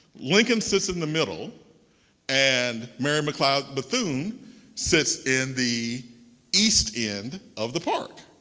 lincoln sits in the middle and mary mccleod bethune sits in the east end of the park.